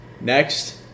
Next